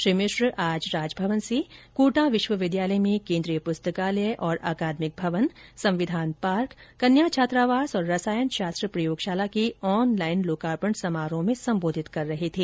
श्री मिश्र आज राजभवन से कोटा विश्वविद्यालय में केन्द्रीय पुस्तकालय और अकादमिक भवन संविधान पार्क कन्या छात्रावास और रसायन शास्त्र प्रयोगशाला के ऑनलाइन लोकार्पण समारोह में संबोधित कर रहे थे